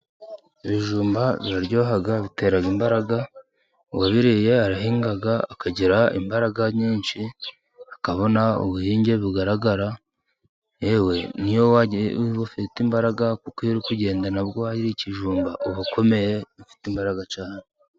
Ibijumba biraryoha bitera imbaraga uwabireye arahinga akagira imbaraga nyinshi akabona ubuhinge bugaragara, yewe niyo wajyafite imbaraga kuko iyo uri kugenda nabwo wariye ikijumba uba ukomeye ufite imbaraga cyane.